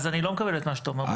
אז אני לא מקבל את מה שאתה אומר,